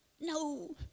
no